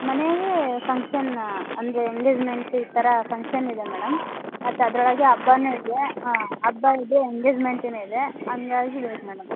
ಮನೆ ಫಂಕ್ಷನ್ ಅಂದರೆ ಎಂಗೇಜ್ಮೆಂಟ್ ಈ ಥರ ಫಂಕ್ಷನ್ ಇದೆ ಮೇಡಮ್ ಮತ್ತು ಅದರೊಳಗೆ ಹಬ್ಬನು ಇದೆ ಹಾಂ ಹಬ್ಬಇದೆ ಎಂಗೇಜ್ಮೆಂಟಿನೂ ಇದೆ ಹಂಗಾಗಿ ಬೇಕು ಮೇಡಮ್